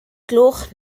gloch